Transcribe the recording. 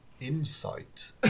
Insight